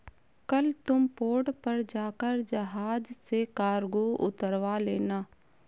कल तुम पोर्ट पर जाकर जहाज से कार्गो उतरवा लेना